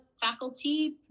faculty